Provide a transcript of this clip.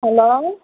hello